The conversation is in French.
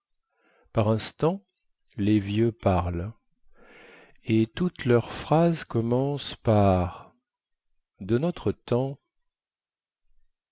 par instant les vieux parlent et toutes leurs phrases commencent par de notre temps